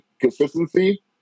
consistency